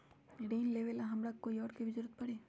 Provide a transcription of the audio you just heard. ऋन लेबेला हमरा कोई और के भी जरूरत परी?